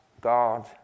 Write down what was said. God